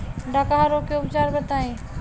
डकहा रोग के उपचार बताई?